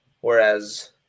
Whereas